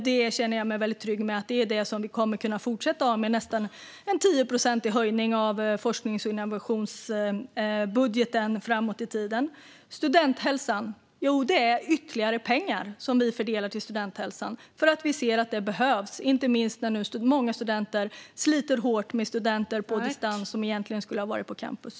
Jag känner mig väldigt trygg med att det är det vi kommer att kunna fortsätta ha med en nästan 10-procentig höjning av forsknings och innovationsbudgeten framåt i tiden. Jo, det är ytterligare pengar som vi fördelar till studenthälsan. Vi ser nämligen att det behövs, inte minst nu när många studenter sliter hårt med studier på distans när de egentligen skulle ha varit på campus.